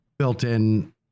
built-in